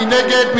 מי נגד?